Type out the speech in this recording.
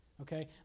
okay